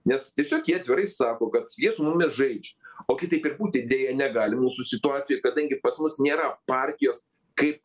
nes tiesiog jie atvirai sako kad jie su mumis žaidžia o kitaip ir būti deja negali mūsų situacijoj kadangi pas mus nėra partijos kaip